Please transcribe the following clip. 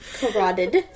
Carotid